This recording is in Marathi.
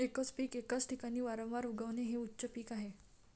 एकच पीक एकाच ठिकाणी वारंवार उगवणे हे उच्च पीक आहे